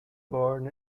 born